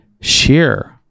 share